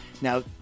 Now